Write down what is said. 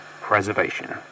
preservation